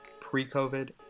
pre-COVID